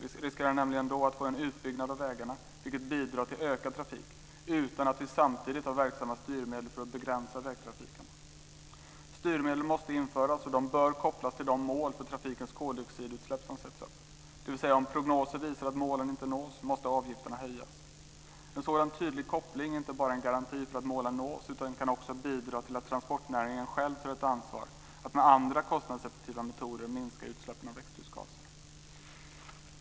Vi riskerar nämligen då att få en utbyggnad av vägarna, vilket bidrar till ökad trafik, utan att vi samtidigt har verksamma styrmedel för att begränsa vägtrafiken. Styrmedel måste införas, och de bör kopplas till de mål för trafikens koldioxidutsläpp som sätts upp, dvs. att om prognoser visar att målen inte nås måste avgifterna höjas. En sådan tydlig koppling är inte bara en garanti för att målen nås utan kan också bidra till att transportnäringen själv tar ett ansvar att med andra kostnadseffektiva metoder minska utsläppen av växthusgaser.